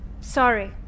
Sorry